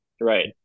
Right